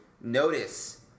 notice